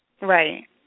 Right